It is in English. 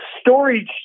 storage